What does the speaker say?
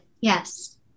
Yes